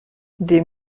des